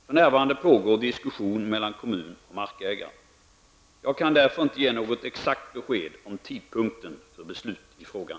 För närvarande pågår diskussion mellan kommun och markägare. Jag kan därför inte ge något exakt besked om tidpunkten för beslut i frågan.